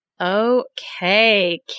Okay